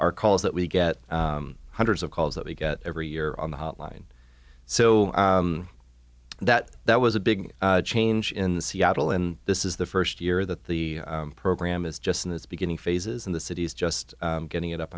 are calls that we get hundreds of calls that we get every year on the hotline so that that was a big change in seattle and this is the first year that the program is just in this beginning phases in the cities just getting it up